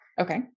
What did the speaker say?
Okay